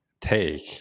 take